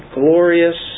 glorious